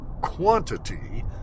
quantity